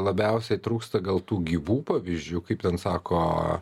labiausiai trūksta gal tų gyvų pavyzdžių kaip ten sako